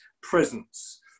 presence